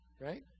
right